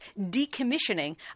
decommissioning